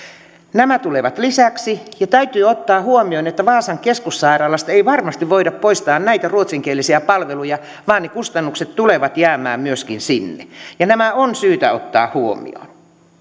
nämä tulevat lisäksi ja täytyy ottaa huomioon että vaasan keskussairaalasta ei varmasti voida poistaa näitä ruotsinkielisiä palveluja vaan ne kustannukset tulevat jäämään myöskin sinne nämä on syytä ottaa huomioon